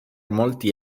molti